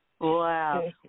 Wow